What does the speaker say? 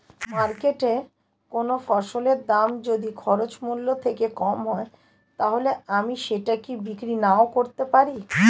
মার্কেটৈ কোন ফসলের দাম যদি খরচ মূল্য থেকে কম হয় তাহলে আমি সেটা কি বিক্রি নাকরতেও পারি?